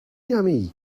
yummy